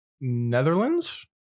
Netherlands